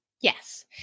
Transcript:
Yes